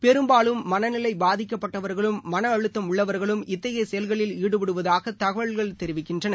பெரும்பாலும் மனநிலைபாதிக்கப்பட்டவர்களும் மனஅழுத்தம் உள்ளவர்களும் இத்தகையசெயல்களில் ஈடுபடுவதாகதகவல்கள் தெரிவிக்கின்றன